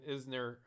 Isner